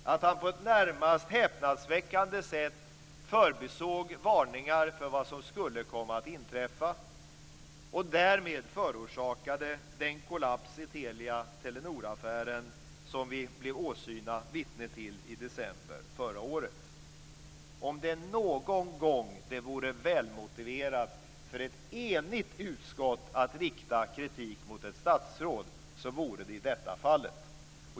Han förbisåg på ett närmast häpnadsväckande sätt varningar för vad som skulle komma att inträffa och förorsakade därmed den kollaps i Telia-Telenoraffären som vi blev åsyna vittnen till i december förra året. Om det någon gång vore välmotiverat för ett enigt utskott att rikta kritik mot ett statsråd, vore det i detta fall.